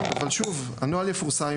אבל שוב הנוהל יפורסם,